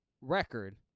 record